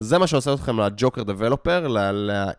זה מה שעושה אתכם הג'וקר דבלופר ל...